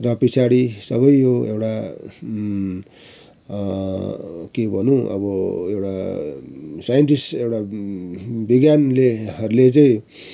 र पिछाडि सबै यो एउटा के भनौँ अब एउटा साइन्टिस्ट एउटा विज्ञानले हरूले चाहिँ